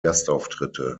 gastauftritte